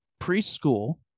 preschool